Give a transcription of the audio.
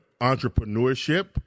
entrepreneurship